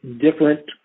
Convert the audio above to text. different